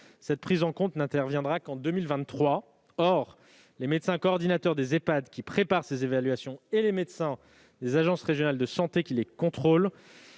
cette prise en compte n'interviendra qu'en 2023. Or les médecins coordinateurs des Ehpad, qui préparent ces évaluations et les médecins des agences régionales de santé, qui les contrôlent,